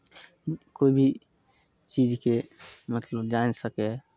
कोइ भी चीजके मतलब जानि सकै हइ